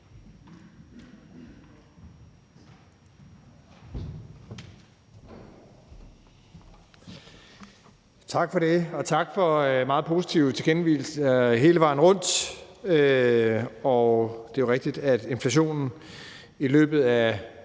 Tak for det, og tak for meget positive tilkendegivelser hele vejen rundt. Det er rigtigt, at inflationen i løbet af